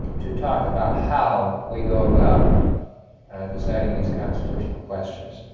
to talk about how we go about deciding these constitutional questions.